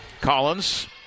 Collins